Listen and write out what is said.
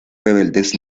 rebeldes